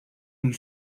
and